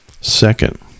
Second